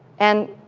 and,